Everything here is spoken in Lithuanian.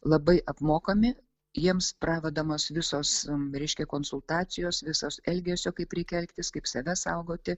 labai apmokami jiems pravedamos visos reiškia konsultacijos visos elgesio kaip reikia elgtis kaip save saugoti